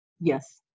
Yes